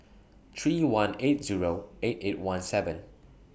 three one eight Zero eight eight one seven